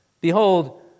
Behold